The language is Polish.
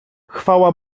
chwała